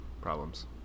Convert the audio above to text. problems